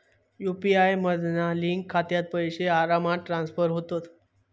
UPI मधना link खात्यात पैशे आरामात ट्रांसफर होतत